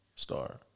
star